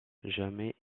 jamais